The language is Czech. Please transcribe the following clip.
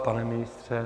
Pane ministře?